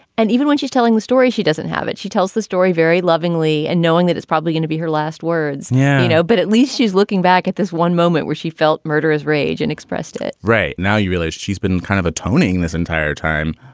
and even when she's telling the story, she doesn't have it. she tells the story very lovingly. and knowing that, it's probably going to be her last words. yeah. you know, but at least she's looking back at this one moment where she felt murderous rage and expressed it right now, you realize she's been kind of atoning this entire time.